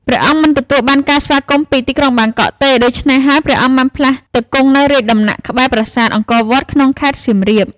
ព្រះអង្គមិនទទួលបានការស្វាគមន៍ពីទីក្រុងបាងកកទេ ដូច្នេះហើយ ព្រះអង្គបានផ្លាស់ទៅគង់នៅរាជដំណាក់ក្បែរប្រាសាទអង្គរវត្តក្នុងខេត្តសៀមរាប។